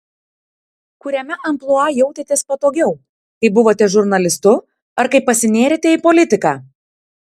kuriame amplua jautėtės patogiau kai buvote žurnalistu ar kai pasinėrėte į politiką